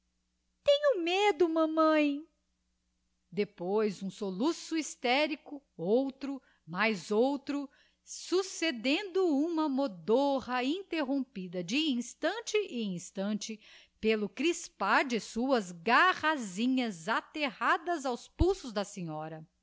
tenho medo mamãe depois um soluço hysterico outro mais outro succedendo uma modorra interrompida de instante e instante pelo crispar de suas garrasinhas aferradas aos pulsos da senhora